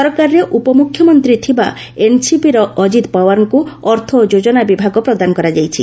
ସରକାରରେ ଉପମୁଖ୍ୟମନ୍ତ୍ରୀ ଥିବା ଏନ୍ସିପିର ଅଜିତ୍ ପଓ୍ୱାର୍ଙ୍କୁ ଅର୍ଥ ଓ ଯୋଜନା ବିଭାଗ ପ୍ରଦାନ କରାଯାଇଛି